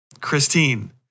Christine